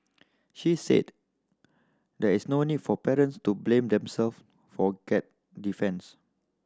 she said there is no need for parents to blame themself for get defence